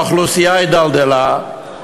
האוכלוסייה הידלדלה,